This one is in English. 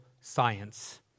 science